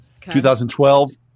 2012